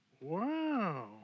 Wow